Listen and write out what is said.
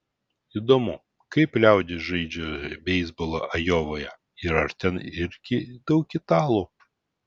įdomu kaip liaudis žaidžia beisbolą ajovoje ir ar ten irgi daug italų